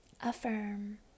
Affirm